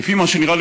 כפי הנראה,